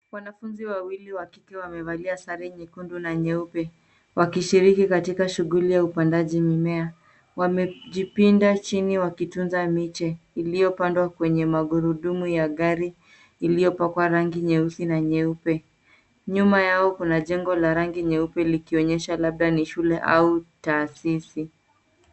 Wanafunzi wawili wa kike wamevalia sare nyekundu na nyeupe. Wakishiriki katika shughuli ya upandaji mimea. Wamejipinda chini wakitunza miche iliyopandwa kwenye magurudumu ya gari iliyopakwa rangi nyeusi na nyeupe. Nyuma yao kuna jengo ya rangi nyeupe likionyesha labda ni shule au taasisi.